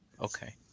okay